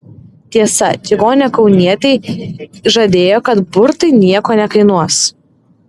tiesa čigonė kaunietei žadėjo kad burtai nieko nekainuos